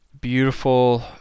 beautiful